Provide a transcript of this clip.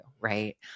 Right